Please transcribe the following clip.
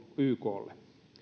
yklle